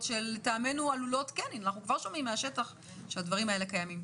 שלטעמנו עלולות אנחנו כבר שומעים שמהשטח שהדברים האלה קיימים.